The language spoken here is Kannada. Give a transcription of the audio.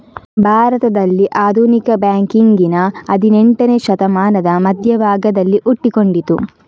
ಭಾರತದಲ್ಲಿ ಆಧುನಿಕ ಬ್ಯಾಂಕಿಂಗಿನ ಹದಿನೇಂಟನೇ ಶತಮಾನದ ಮಧ್ಯ ಭಾಗದಲ್ಲಿ ಹುಟ್ಟಿಕೊಂಡಿತು